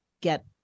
get